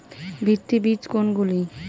ভিত্তি বীজ কোনগুলি?